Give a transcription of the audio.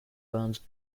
burns